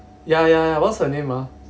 ya ya ya what's her name ah